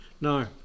no